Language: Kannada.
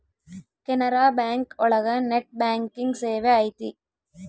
ಕೆನರಾ ಬ್ಯಾಂಕ್ ಒಳಗ ನೆಟ್ ಬ್ಯಾಂಕಿಂಗ್ ಸೇವೆ ಐತಿ